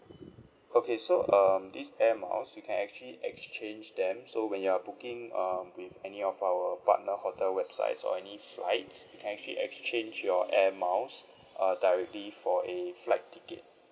okay so um this Air Miles you can actually exchange them so when you're booking um with any of our partner hotel websites or any flights you can actually exchange your Air Miles uh directly for a flight ticket